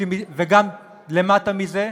וגם למטה מזה,